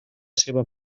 seva